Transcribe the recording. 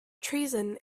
treason